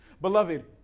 Beloved